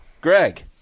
Greg